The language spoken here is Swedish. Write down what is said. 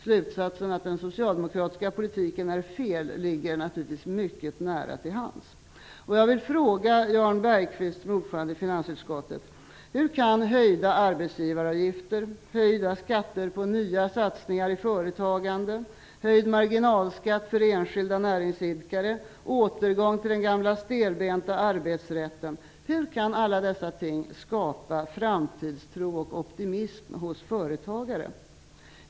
Slutsatsen att den socialdemokratiska politiken är fel ligger naturligtvis mycket nära till hands! Jag vill fråga Jan Bergqvist, ordföranden i finansutskottet: Hur kan höjda arbetsgivaravgifter, höjda skatter på nya satsningar i företagandet, höjd marginalskatt för enskilda näringsidkare och en återgång till den gamla stelbenta arbetsrätten skapa framtidstro och optimism hos företagare?